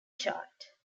chart